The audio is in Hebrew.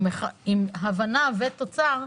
עם הבנה ותוצר,